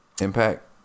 Impact